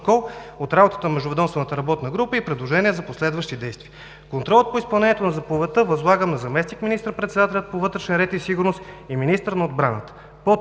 от работата на междуведомствената работна група и предложения за последващи действия. Контролът по изпълнението на заповедта възлагам на заместник министър-председателя по вътрешен ред и сигурност и министър на отбраната.